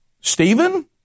Stephen